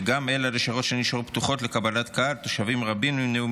וגם אל הלשכות שנשארו פתוחות לקבלת קהל תושבים רבים נמנעו